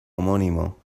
homónimo